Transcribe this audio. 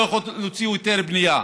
לא יכול להוציא היתר בנייה,